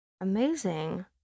Amazing